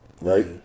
right